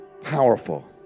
powerful